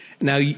Now